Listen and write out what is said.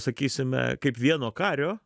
sakysime kaip vieno kario